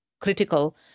critical